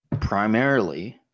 primarily